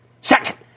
Second